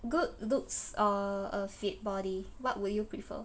good looks or a fit body what would you prefer